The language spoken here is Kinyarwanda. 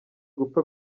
gupfa